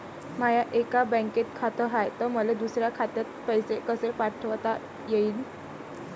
माय एका बँकेत खात हाय, त मले दुसऱ्या खात्यात पैसे कसे पाठवता येईन?